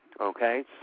Okay